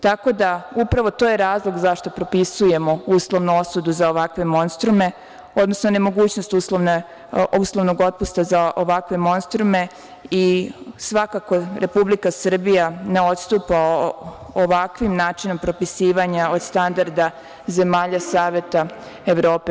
Tako da, upravo to je razlog zašto propisujemo uslovnu osudu za ovakve monstrume, odnosno nemogućnost uslovnog otpusta za ovakve monstrume i svakako, Republika Srbija ne odstupa ovakvim načinom propisivanja od standarda zemalja Saveta Evrope.